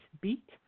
Beat